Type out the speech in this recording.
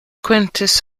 quintus